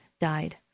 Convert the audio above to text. died